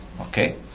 Okay